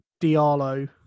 Diallo